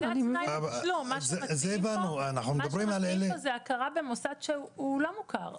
מה שמתאים פה זה הכרה במוסד שהוא לא מוכר.